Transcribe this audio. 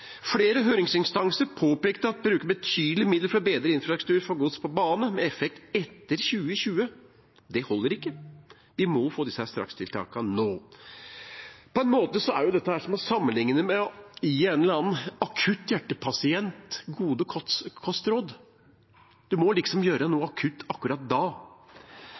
Flere høringsinstanser påpekte at å bruke betydelige midler for bedre infrastruktur på gods på bane med effekt etter 2020, holder ikke. Vi må få disse strakstiltakene nå. På en måte er dette å sammenligne med å gi en akutt hjertepasient gode kostråd. Du må liksom gjøre noe akutt akkurat da!